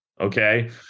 okay